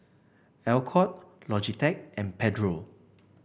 Alcott Logitech and Pedro